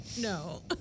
no